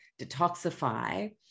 detoxify